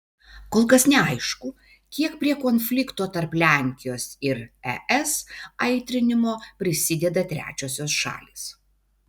kol kas neaišku kiek prie konflikto tarp lenkijos ir es aitrinimo prisideda trečiosios šalys